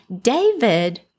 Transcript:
David